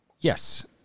Yes